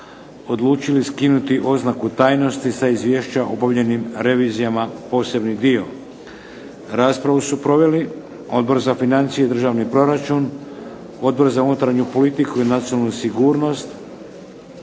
odlučili skinuti oznaku tajnosti sa izvješća o obavljenim revijama posebni dio. Raspravu su proveli Odbor za financije i državni proračun, Odbor za unutarnju politiku i nacionalnu sigurnost,